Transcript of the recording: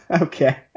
Okay